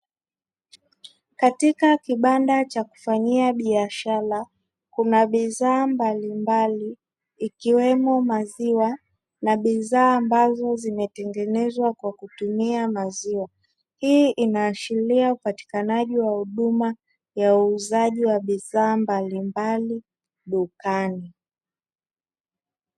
Katika kibanda cha kufanyia biashara kuna bidhaa mbalimbali ikiwemo maziwa na bidhaa ambazo zimetengenezwa kwa kutumia maziwa. Hii inaashiria upatikanaji wa huduma ya uuzaji wa bidhaa mbalimbali dukani.